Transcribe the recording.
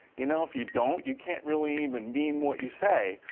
you know, if you don't, you can't really even mean what you say.